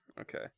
okay